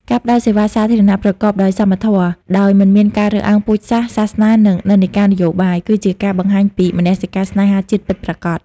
ការផ្តល់សេវាសាធារណៈប្រកបដោយសមធម៌ ដោយមិនមានការរើសអើងពូជសាសន៍ សាសនា ឬនិន្នាការនយោបាយ គឺជាការបង្ហាញពីមនសិការស្នេហាជាតិពិតប្រាកដ។